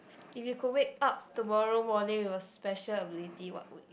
if you could wake up tomorrow morning with a special ability what would you